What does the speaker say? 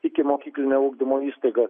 ikimokyklinio ugdymo įstaiga